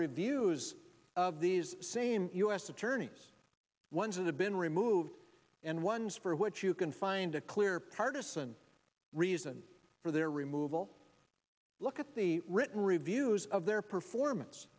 reviews of these same u s attorneys ones that have been removed and ones for which you can find a clear partisan reason for their removal look at the written reviews of their performance